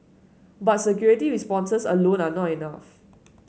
but security responses alone are not enough